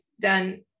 done